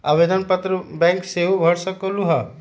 आवेदन पत्र बैंक सेहु भर सकलु ह?